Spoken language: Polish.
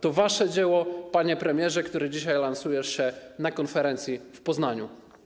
To wasze dzieło, panie premierze, który dzisiaj lansujesz się na konferencji w Poznaniu.